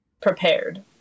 prepared